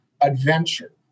adventure